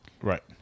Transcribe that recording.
Right